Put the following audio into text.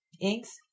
inks